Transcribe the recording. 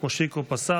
מושיקו פסל.